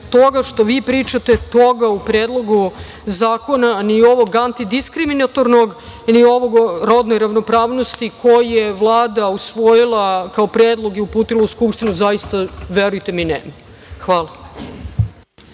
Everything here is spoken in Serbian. toga što vi pričate u Predlogu zakona, ni ovog antidskriminatornog ili ovog o rodnoj ravnopravnosti koji je Vlada usvojila kao predlog i uputila u Skupštinu, zaista nema. Hvala.